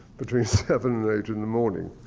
between seven and eight in the morning.